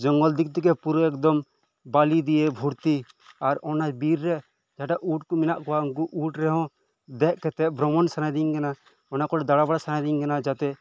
ᱡᱚᱝᱜᱚᱞ ᱫᱤᱠ ᱛᱷᱮᱠᱮ ᱯᱩᱨᱟᱹ ᱮᱠᱫᱚᱢ ᱵᱟᱞᱤ ᱫᱤᱭᱮ ᱵᱷᱚᱨᱛᱤ ᱟᱨ ᱚᱱᱟ ᱵᱤᱨ ᱨᱮ ᱡᱟᱦᱟᱸᱴᱷᱮᱱ ᱩᱸᱴ ᱠᱚ ᱢᱮᱱᱟᱜ ᱠᱚᱣᱟ ᱩᱝᱠᱩ ᱩᱸᱴ ᱨᱮᱦᱚᱸ ᱫᱮᱡ ᱠᱟᱛᱮᱫ ᱵᱷᱨᱚᱢᱚᱱ ᱥᱟᱱᱟᱭᱤᱫᱤᱧ ᱠᱟᱱᱟ ᱚᱱᱟ ᱠᱚᱨᱮ ᱫᱟᱲᱟ ᱵᱟᱲᱟ ᱥᱟᱱᱟᱭᱤᱫᱤᱧ ᱠᱟᱱᱟ ᱡᱟᱛᱮ